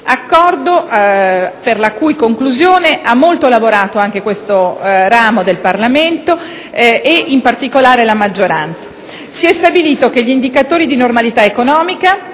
accordo per la cui conclusione ha molto lavorato anche questo ramo del Parlamento, in particolare la maggioranza. Si è stabilito che gli indicatori di normalità economica,